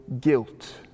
guilt